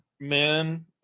men